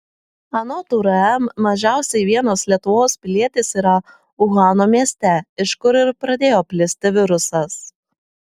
anot urm mažiausiai vienas lietuvos pilietis yra uhano mieste iš kur ir pradėjo plisti virusas